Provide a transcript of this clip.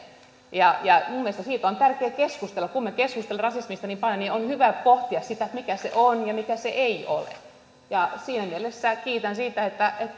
ja minun mielestäni siitä on tärkeätä keskustella kun me keskustelemme rasismista niin on hyvä pohtia mitä se on ja mitä se ei ole siinä mielessä kiitän siitä